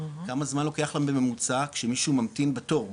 כמה זמן לוקח להם בממוצע כשמישהו ממתין בתור,